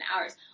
hours